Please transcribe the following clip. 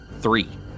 Three